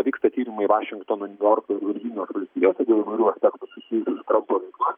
vyksta tyrimai vašingtonui niujorkui virdžinijos valstijose dėl įvairių aspektų susijusių su trampo veikla